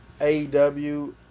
AEW